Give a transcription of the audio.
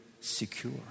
secure